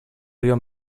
río